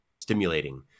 stimulating